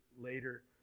later